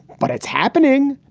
but it's happening.